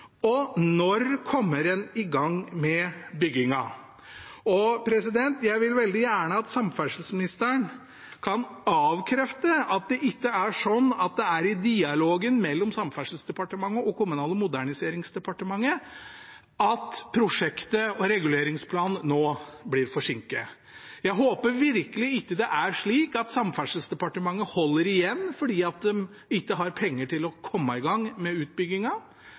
igjen: Når kommer reguleringsplanen for Ringeriksbanen/E16, og når kommer en i gang med byggingen? Jeg vil veldig gjerne at samferdselsministeren kan avkrefte at det er i dialogen mellom Samferdselsdepartementet og Kommunal- og moderniseringsdepartementet at prosjektet og reguleringsplanen nå blir forsinket. Jeg håper virkelig ikke det er slik at Samferdselsdepartementet holder igjen fordi de ikke har penger til å komme i gang med